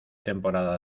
temporada